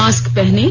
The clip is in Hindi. मास्क पहनें